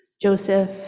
Joseph